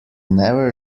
never